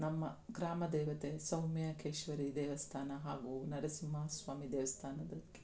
ನಮ್ಮ ಗ್ರಾಮದೇವತೆ ಸೌಮ್ಯಕೇಶ್ವರಿ ದೇವಸ್ಥಾನ ಹಾಗೂ ನರಸಿಂಹ ಸ್ವಾಮಿ ದೇವಸ್ಥಾನಕ್ಕೆ